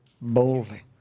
boldly